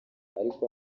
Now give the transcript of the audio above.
ariko